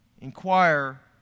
inquire